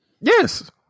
yes